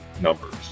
numbers